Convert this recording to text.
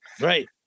right